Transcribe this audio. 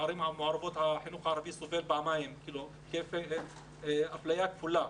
בערים המעורבות החינוך הערבי סובל מאפליה כפולה,